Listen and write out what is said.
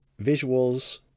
visuals